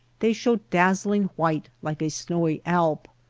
they show dazzling white like a snowy alp.